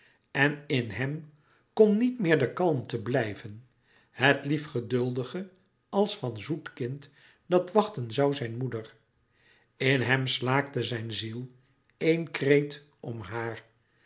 en in hem kon niet meer de kalmte blijven het lief geduldige als van zoet kind dat wachten zoû zijn moeder in hem slaakte zijn ziel éen kreet om haar